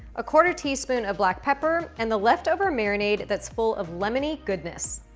a quarter teaspoon of black pepper and the leftover marinade that's full of lemony goodness.